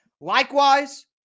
Likewise